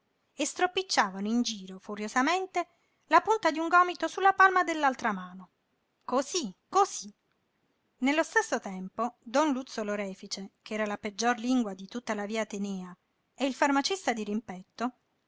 e stropicciavano in giro furiosamente la punta di un gomito sulla palma dell'altra mano cosí cosí nello stesso tempo don luzzo l'orefice ch'era la peggior lingua di tutta la via atenèa e il farmacista dirimpetto